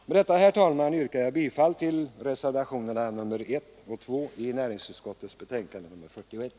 Med detta, herr talman, yrkar jag bifall till reservationerna 1 och 2 i näringsutskottets betänkande nr 41.